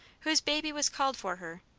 whose baby was called for her,